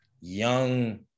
young